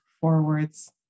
forwards